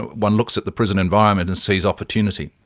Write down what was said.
one looks at the prison environment and sees opportunity,